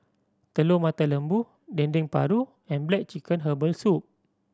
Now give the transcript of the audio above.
Telur Mata Lembu Dendeng Paru and black chicken herbal soup